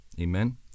amen